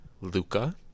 Luca